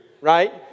right